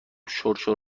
شرشر